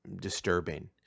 disturbing